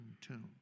tomb